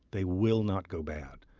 they will not go bad.